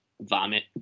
vomit